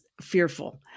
fearful